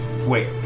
wait